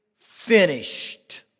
finished